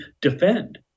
defend